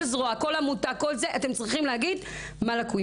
כל זרוע וכל עמותה, אתם צריכים להגיד מה לקוי.